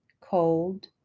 cold